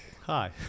Hi